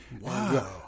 Wow